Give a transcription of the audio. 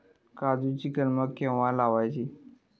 काजुची कलमा केव्हा लावची?